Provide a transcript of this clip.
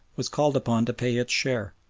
was called upon to pay its share.